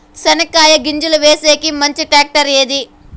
చెనక్కాయ గింజలు వేసేకి మంచి టాక్టర్ ఏది?